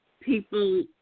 people